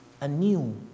anew